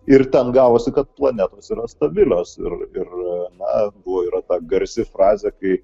ir ten gavosi kad planetos yra stabilios ir ir buvo ir ta garsi frazė kai